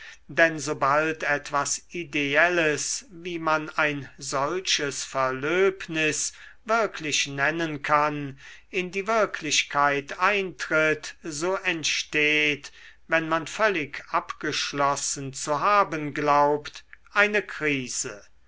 denn sobald etwas ideelles wie man ein solches verlöbnis wirklich nennen kann in die wirklichkeit eintritt so entsteht wenn man völlig abgeschlossen zu haben glaubt eine krise